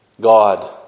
God